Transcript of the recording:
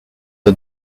are